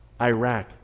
iraq